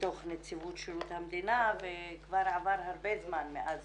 בתוך נציבות שירות המדינה וכבר הרבה זמן מאז